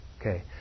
Okay